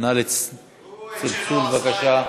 הוא את שלו, גפני,